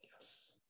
Yes